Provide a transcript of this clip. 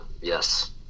yes